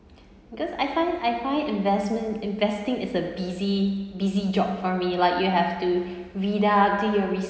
because I find I find investments investing is a busy busy job for me like you have to read up do your research